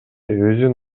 өзүн